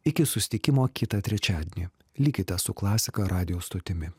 iki susitikimo kitą trečiadienį likite su klasika radijo stotimi